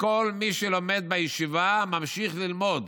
וכל מי שלומד בישיבה ממשיך ללמוד,